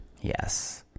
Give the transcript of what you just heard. yes